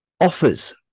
offers